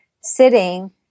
sitting